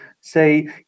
say